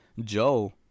Joe